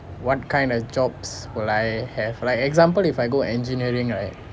what kind of jobs will I have like example if I go engineering right